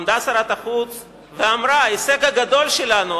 עמדה שרת החוץ ואמרה: ההישג הגדול שלנו,